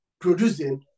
producing